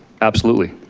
absolutely.